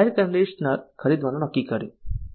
air conditioner ખરીદવાનું નક્કી કર્યું